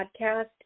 podcast